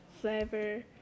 flavor